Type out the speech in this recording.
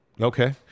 okay